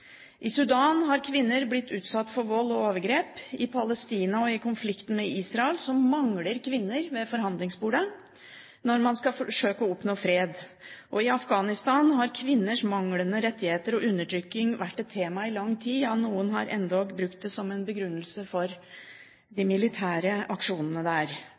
I Sudan har kvinner blitt utsatt for vold og overgrep. I Palestina og i konflikten med Israel mangler kvinner ved forhandlingsbordet når man skal forsøke å oppnå fred. Og i Afghanistan har kvinners manglende rettigheter og undertrykking vært et tema i lang tid – ja, noen har endog brukt det som en begrunnelse for de militære aksjonene der.